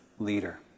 leader